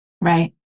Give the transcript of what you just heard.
Right